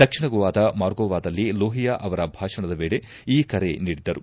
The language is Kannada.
ದಕ್ಷಿಣ ಗೋವಾದ ಮಾರ್ಗೋವಾದಲ್ಲಿ ಲೋಹಿಯಾ ಅವರು ಭಾಷಣದ ವೇಳೆ ಈ ಕರೆ ನೀಡಿದ್ದರು